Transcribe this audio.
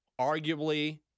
arguably